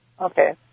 Okay